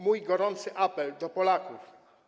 Mój gorący apel do Polaków.